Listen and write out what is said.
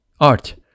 art